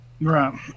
right